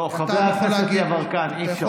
לא, חבר הכנסת יברקן, אי-אפשר כך.